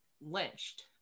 lynched